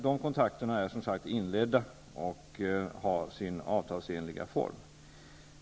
De kontakterna är som sagt inledda och har sin avtalsenliga form.